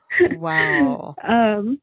Wow